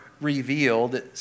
revealed